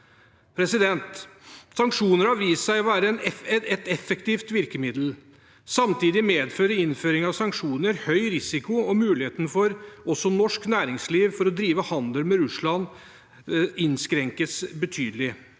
krigsindustrien. Sanksjoner har vist seg å være et effektivt virkemiddel. Samtidig medfører innføring av sanksjoner høy risiko, og muligheten for å drive handel med Russland innskrenkes betydelig,